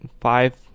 five